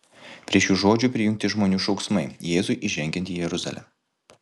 prie šių žodžių prijungti žmonių šauksmai jėzui įžengiant į jeruzalę